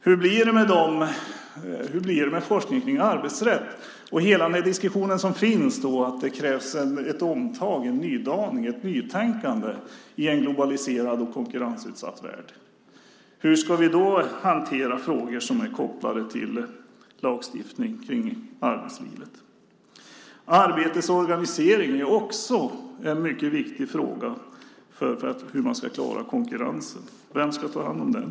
Hur blir det med forskningen kring arbetsrätt och hela den diskussion som finns om att det krävs ett omtag, en nydaning, ett nytänkande, i en globaliserad och konkurrensutsatt värld? Hur ska vi då hantera frågor som är kopplade till lagstiftning kring arbetslivet? Arbetets organisering är också en mycket viktig fråga för hur man ska klara konkurrensen. Vem ska ta hand om den?